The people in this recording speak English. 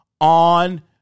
on